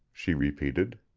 she repeated.